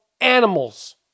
animals